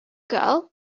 girl